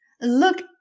Look